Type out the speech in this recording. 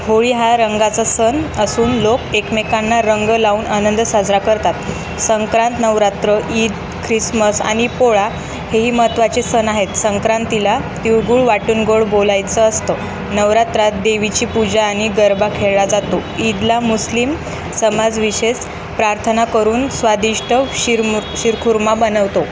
होळी हा रंगाचा सण असून लोक एकमेकांना रंग लावून आनंद साजरा करतात संक्रांत नवरात्र ईद ख्रिसमस आणि पोळा हे ही महत्त्वाचे सण आहेत संक्रांतीला तीळगुळ वाटून गोड बोलायचं असतं नवरात्रात देवीची पूजा आणि गरबा खेळला जातो ईदला मुस्लिम समाजविशेष प्रार्थना करून स्वादिष्ट शिरमर शिरखुर्मा बनवतो